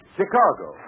Chicago